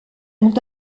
ont